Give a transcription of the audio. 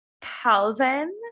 Calvin